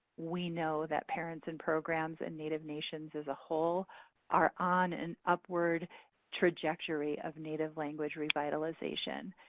we know that parents and programs and native nations as a whole are on an upward trajectory of native language revitalization,